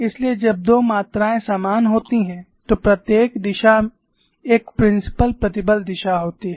इसलिए जब दो मात्राएँ समान होती हैं तो प्रत्येक दिशा एक प्रिन्सिपल प्रतिबल दिशा होती है